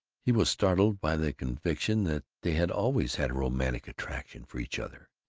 he was startled by the conviction that they had always had a romantic attraction for each other.